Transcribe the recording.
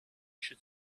should